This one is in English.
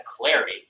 clarity